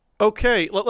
Okay